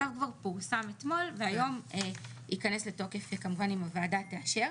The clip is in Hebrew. הצו כבר פורסם אתמול והיום ייכנס לתוקף כמובן אם הוועדה תאשר.